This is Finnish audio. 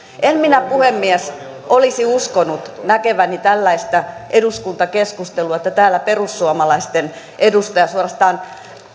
en minä puhemies olisi uskonut näkeväni tällaista eduskuntakeskustelua että täällä perussuomalaisten edustaja suorastaan